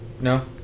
No